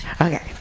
Okay